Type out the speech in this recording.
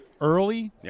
early